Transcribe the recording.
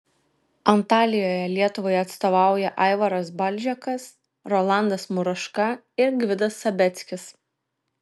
antalijoje lietuvai atstovauja aivaras balžekas rolandas muraška ir gvidas sabeckis